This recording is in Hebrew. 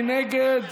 מי נגד?